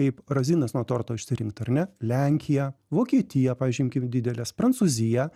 kaip razinas nuo torto išsirinkt ar ne lenkiją vokietiją pavyzdžiui imkim dideles prancūziją